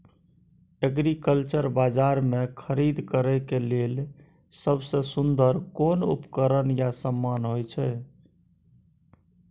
Agriculture बाजार में खरीद करे के लेल सबसे सुन्दर कोन उपकरण या समान होय छै?